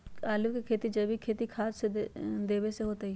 आलु के खेती जैविक खाध देवे से होतई?